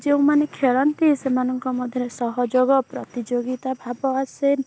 ଯେଉଁମାନେ ଖେଳନ୍ତି ସେମାନଙ୍କ ମଧ୍ୟରେ ସହଯୋଗ ପ୍ରତିଯୋଗିତା ଭାବ ଆସେ